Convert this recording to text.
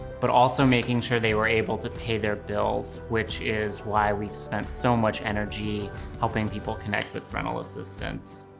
but also making sure they were able to pay their bills which is why we've spent so much energy helping people connect with rental assistance.